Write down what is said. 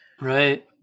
right